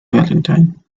valentine